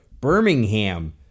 Birmingham